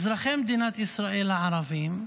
אזרחי מדינת ישראל הערבים,